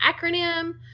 acronym